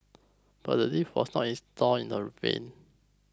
but the lift was not installed in the vain